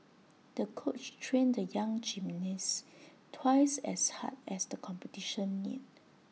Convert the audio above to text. the coach trained the young gymnast twice as hard as the competition neared